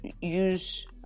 use